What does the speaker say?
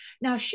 Now